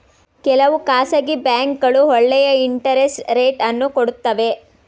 ಕೆಲವು ಖಾಸಗಿ ಬ್ಯಾಂಕ್ಗಳು ಒಳ್ಳೆಯ ಇಂಟರೆಸ್ಟ್ ರೇಟ್ ಅನ್ನು ಕೊಡುತ್ತವೆ